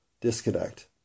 disconnect